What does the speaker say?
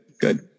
good